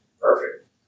Perfect